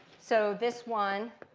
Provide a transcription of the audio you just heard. so this one